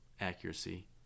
accuracy